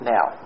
Now